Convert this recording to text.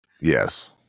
Yes